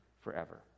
forever